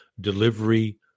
delivery